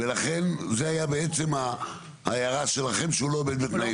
ולכן זו הייתה בעצם ההערה שלכם שהוא - לא עומד בתנאי הסף?